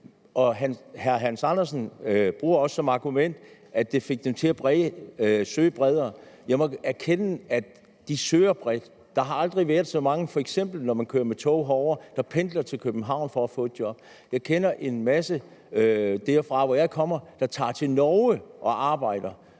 Hr. Hans Andersen bruger også som argument, at det får dem til at søge bredere. Jeg må erkende, at de søger bredt. Der har aldrig været så mange – kan man f.eks. se, når man kører med tog herover – der pendler til København for at få et job. Jeg kender en masse derfra, hvor jeg kommer, der tager til Norge og Sverige